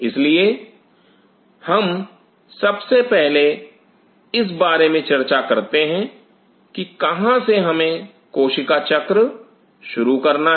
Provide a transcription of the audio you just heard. इसलिए हम सबसे पहले इस बारे में चर्चा करते हैं कि कहां से हमें कोशिका चक्र शुरू करना है